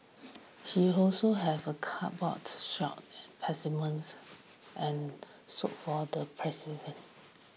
he also have a cupboard stocked specimens and soaked for the